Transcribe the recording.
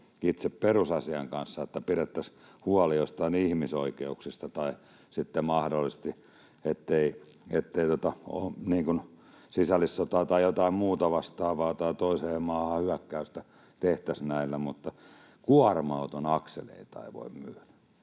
itse perusasian kanssa, että pidettäisiin huoli jostain ihmisoikeuksista tai sitten mahdollisesti siitä, ettei sisällissotaa tai jotain muuta vastaavaa tai toiseen maahan hyökkäystä tehtäisi näillä. Kuorma-auton akseleita ei voi myydä